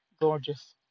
gorgeous